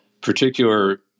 particular